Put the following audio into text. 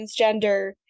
transgender